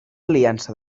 aliança